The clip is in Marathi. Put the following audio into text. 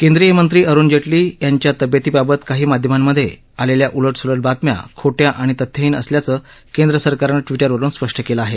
केंद्रीय मंत्री अरुण जेटली यांच्या तब्येतीबाबत काही माध्यमांमध्ये आलेल्या उलट सुलट बातम्या खोट्या आणि तथ्यहीन असल्याचं केंद्र सरकारनं ट्विटरवरून स्पष्ट केलं आहे